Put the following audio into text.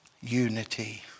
Unity